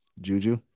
Juju